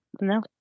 no